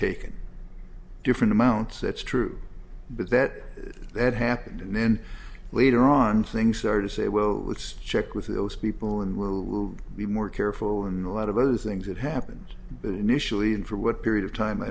taken different amounts that's true but that that happened and then later on things are to say well let's check with those people and will be more careful in a lot of other things that happens but initially and for what period of time i